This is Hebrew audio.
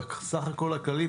בסך הכול הכללי,